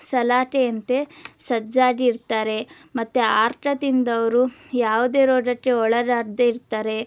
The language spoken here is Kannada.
ಸಲಾಕೆಯಂತೆ ಸಜ್ಜಾಗಿ ಇರ್ತಾರೆ ಮತ್ತೆ ಆರ್ಕ ತಿಂದವರು ಯಾವುದೇ ರೋಗಕ್ಕೆ ಒಳಗಾಗದೆ ಇರ್ತಾರೆ